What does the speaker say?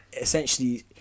Essentially